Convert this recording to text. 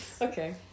Okay